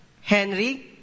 Henry